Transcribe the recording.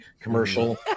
commercial